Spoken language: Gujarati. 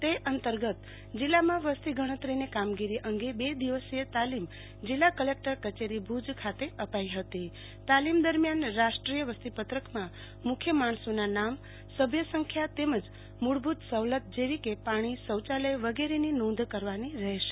તે અંતર્ગત જિલ્લામાં વસ્તી ગણતરીની કામગીરી અંગે બે દિવસીય તાલીમ જીલ્લા કલેક્ટર કચેરી ભુજ ખાતે અપાઈ હતી તાલીમ દરમ્યાન રાષ્ટ્રીય વસ્તી પત્રકમાં મુખ્ય માણસોના નામસભ્ય સંખ્યા તેમજ મુળભુતસવલ જેવી કે પાણીશૌચાલય વગેરેની નોંધ કરવાની રહેશે